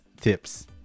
tips